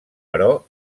però